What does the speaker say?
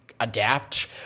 adapt